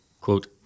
Quote